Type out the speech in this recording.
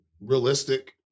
Realistic